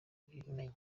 kubimenya